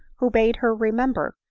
who bade her remember,